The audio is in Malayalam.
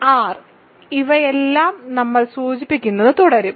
R ഇവയെല്ലാം ഞാൻ സൂചിപ്പിക്കുന്നത് തുടരും